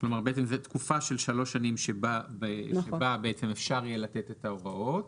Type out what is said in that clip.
כלומר זאת תקופה של שלוש שנים שבה אפשר יהיה לתת את ההוראות,